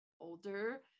older